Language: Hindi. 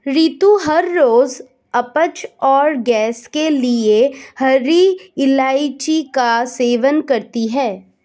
रितु हर रोज अपच और गैस के लिए हरी इलायची का सेवन करती है